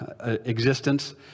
existence